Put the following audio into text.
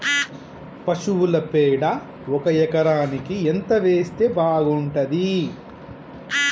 పశువుల పేడ ఒక ఎకరానికి ఎంత వేస్తే బాగుంటది?